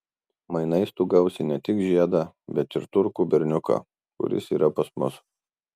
mainais tu gausi ne tik žiedą bet ir turkų berniuką kuris yra pas mus